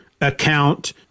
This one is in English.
account